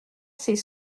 ces